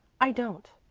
i don't.